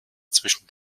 zwischen